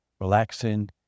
relaxing